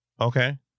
Okay